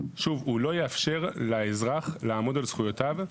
לא יאפשר לאזרח לעמוד על זכויותיו,